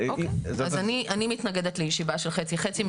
אני מתנגדת לישיבה של חצי-חצי.